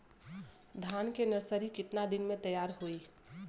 धान के नर्सरी कितना दिन में तैयार होई?